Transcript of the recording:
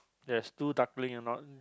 there's two duckling